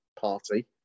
party